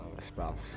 spouse